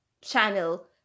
channel